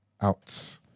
out